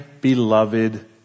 beloved